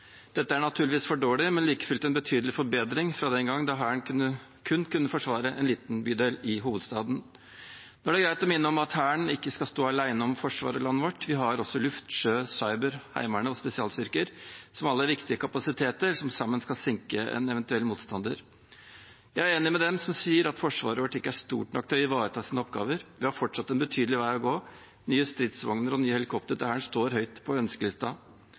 Dette er naturligvis for dårlig, men like fullt en betydelig forbedring fra den gang da Hæren kun kunne forsvare en liten bydel i hovedstaden. Nå er det greit å minne om at Hæren ikke skal stå alene om Forsvaret i landet vårt. Vi har også luft-, sjø- og cyberstyrker, Heimevernet og spesialstyrker, som alle er viktige kapasiteter, som sammen skal senke en eventuell motstander. Jeg er enig med dem som sier at Forsvaret vårt ikke er stort nok til å ivareta sine oppgaver. Vi har fortsatt en betydelig vei å gå. Nye stridsvogner og nye helikoptre til Hæren står høyt på